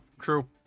true